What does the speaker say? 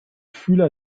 fühler